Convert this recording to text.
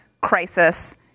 crisis